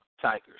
Tigers